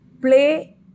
play